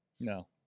No